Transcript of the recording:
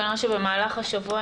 כנראה שבמהלך השבוע,